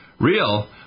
real